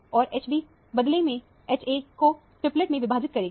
और Hb बदले में Ha को डबलएट में विभाजित करेगा